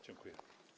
Dziękuję.